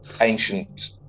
ancient